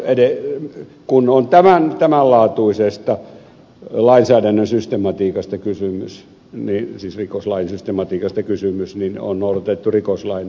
edelle kun on tämän laatuisesta lainsäädännön systematiikasta kysymys siis rikoslain systematiikasta kysymys niin on noudatettu rikoslain systematiikkaa noin lyhyesti sanottuna